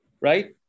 right